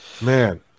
Man